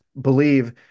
believe